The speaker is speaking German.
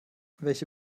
welche